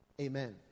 amen